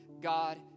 God